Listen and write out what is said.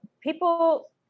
people